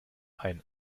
ein